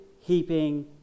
heaping